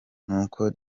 nuko